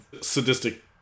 sadistic